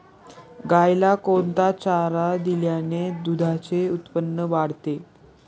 गाईला कोणता चारा दिल्याने दुधाचे उत्पन्न वाढते?